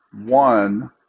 one